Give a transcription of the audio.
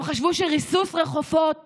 הם חשבו שריסוס רחובות